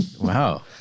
Wow